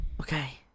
Okay